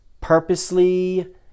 purposely